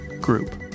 group